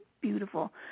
beautiful